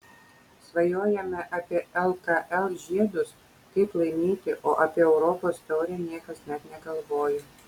svajojome apie lkl žiedus kaip laimėti o apie europos taurę niekas net negalvojo